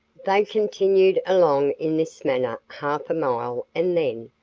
they continued along in this manner half a mile and then,